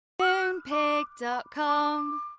Moonpig.com